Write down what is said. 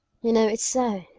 you know it's so,